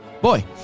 boy